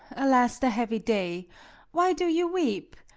alas the heavy day why do you weep?